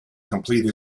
complete